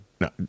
No